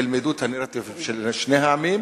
ילמדו את הנרטיב של שני העמים,